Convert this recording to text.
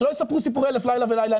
שלא יספרו סיפורי אלף לילה ולילה.